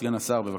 סגן השר, בבקשה.